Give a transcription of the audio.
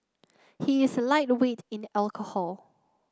he is a lightweight in the alcohol